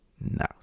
now